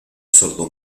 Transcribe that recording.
sordo